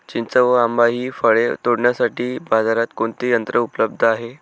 चिंच व आंबा हि फळे तोडण्यासाठी बाजारात कोणते यंत्र उपलब्ध आहे?